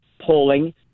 polling